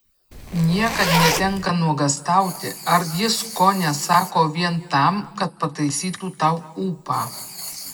niekad netenka nuogąstauti ar jis ko nesako vien tam kad pataisytų tau ūpą